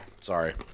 Sorry